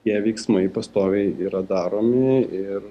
tie veiksmai pastoviai yra daromi ir